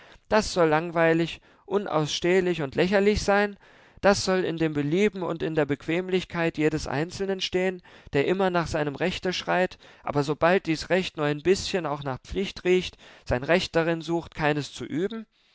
das soll langweilig unausstehlich und lächerlich sein das soll in dem belieben und in der bequemlichkeit jedes einzelnen stehen der immer nach seinem rechte schreit aber sobald dies recht nur ein bißchen auch nach pflicht riecht sein recht darin sucht keines zu üben